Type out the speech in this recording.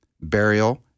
burial